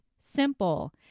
simple